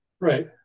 Right